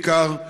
בעיקר,